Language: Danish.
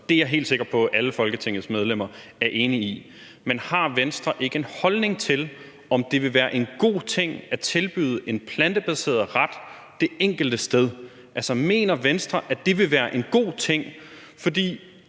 Det er jeg helt sikker på at alle Folketingets medlemmer er enige i. Men har Venstre ikke en holdning til, om det vil være en god ting at tilbyde en plantebaseret ret det enkelte sted? Altså, mener Venstre, at det vil være en god ting? For